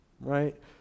right